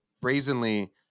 brazenly